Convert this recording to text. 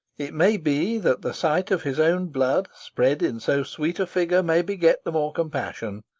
it may be that the sight of his own blood spread in so sweet a figure may beget the more compassion.